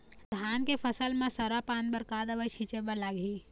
धान के फसल म सरा पान बर का दवई छीचे बर लागिही?